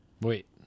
Wait